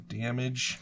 damage